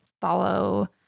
follow